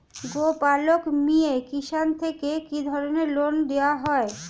গোপালক মিয়ে কিষান থেকে কি ধরনের লোন দেওয়া হয়?